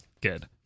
Good